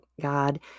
God